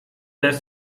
też